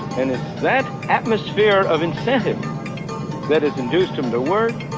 and it's that atmosphere of incentive that has induced them to work,